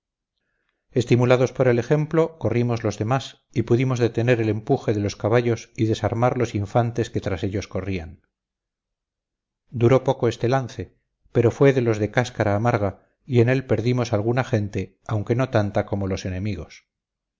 estimulados por el ejemplo corrimos los demás y pudimos detener el empuje de los caballos y desarmar los infantes que tras ellos corrían duró poco este lance pero fue de los de cáscara amarga y en él perdimos alguna gente aunque no tanta como los enemigos